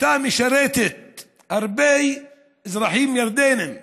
שירתה הרבה אזרחים ירדניים